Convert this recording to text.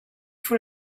for